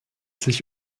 sich